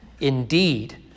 Indeed